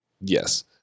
Yes